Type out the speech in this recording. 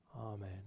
amen